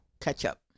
ketchup